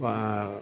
വ